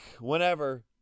whenever